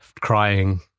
crying